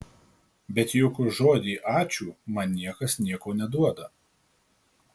bet juk už žodį ačiū man niekas nieko neduoda